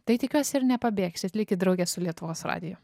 tai tikiuosi ir nepabėgsit likit drauge su lietuvos radiju